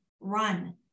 run